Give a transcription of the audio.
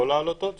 יכול לעלות עוד,